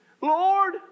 Lord